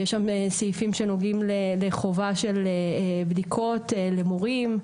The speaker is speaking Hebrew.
יש שם סעיפים שנוגעים לחובה של בדיקות למורים.